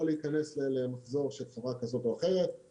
להיכנס למחזור של חברה כזו או אחרת.